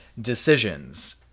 decisions